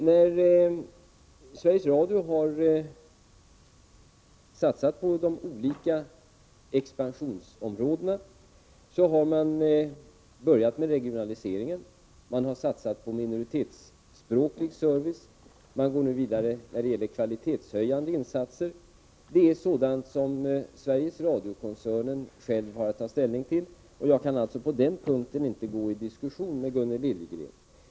När Sveriges Radio har satsat på de olika expansionsområdena har man börjat med regionaliseringen. Man har satsat på minoritetsspråklig service. Man går nu vidare med kvalitetshöjande insatser. Det här är sådant som Sveriges Radio-koncernen själv har att ta ställning till. På den punkten kan jag alltså inte gå in i en diskussion med Gunnel Liljegren.